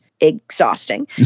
exhausting